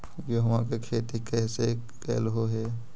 गेहूआ के खेती कैसे कैलहो हे?